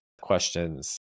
questions